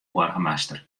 boargemaster